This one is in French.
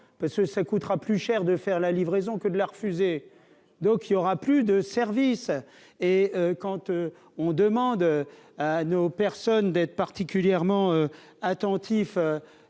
parce que ça coûtera plus cher de faire la livraison que de la refuser, donc il y aura plus de service et quand on demande à nos personne d'être particulièrement attentif